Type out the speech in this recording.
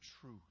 truth